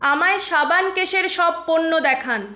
আমাকে সাবান কেসের সব পণ্য দেখান